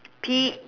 P